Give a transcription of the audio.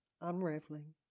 unraveling